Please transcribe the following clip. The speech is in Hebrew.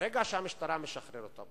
ברגע שהמשטרה משחררת אותם,